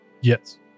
Yes